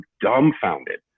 dumbfounded